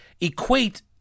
equate